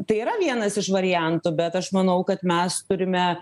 tai yra vienas iš variantų bet aš manau kad mes turime